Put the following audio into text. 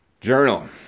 journal